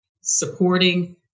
supporting